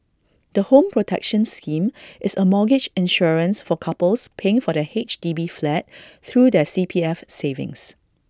the home protection scheme is A mortgage insurance for couples paying for their H D B flat through their C P F savings